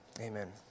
Amen